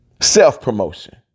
Self-promotion